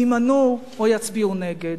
יימנעו או יצביעו נגד.